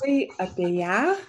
tai apie ją